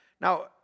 Now